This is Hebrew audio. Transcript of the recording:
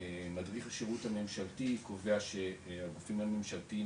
מדריך השירות הממשלתי קובע שהגופים הממשלתיים